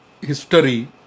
history